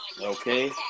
Okay